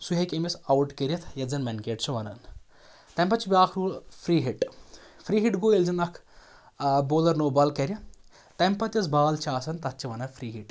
سُہ ہٮ۪کہِ أمِس آوُٹ کٔرِتھ یَتھ زَن مٮ۪ن کیٹ چھِ وَنان تَمہِ پَتہٕ چھُ بیٛاکھ rule free hit free hit گوٚو ییٚلہِ زَن اَکھ بولَر نو بال کَرِ تَمہِ پَتہٕ یۄس بال چھِ آسان تَتھ چھِ وَنان فرٛی ہِٹ